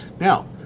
Now